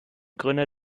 gründer